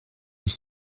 ils